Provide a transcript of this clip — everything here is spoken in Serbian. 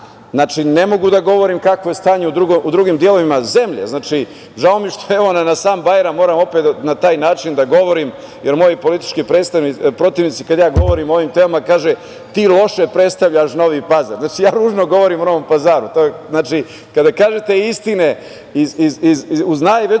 Znači, ne mogu da govorim kakvo je stanje u drugim delovima zemlje. Žao mi je što na sam Bajram moram na takav način da govorim, jer moji politički protivnici, kada govorim o ovim temama, kažu – ti loše predstavljaš Novi Pazar. Ja ružno govorim o Novom Pazaru. Kada kažete istine, uz najveću